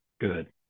Good